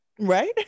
Right